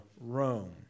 Rome